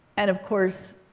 and of course,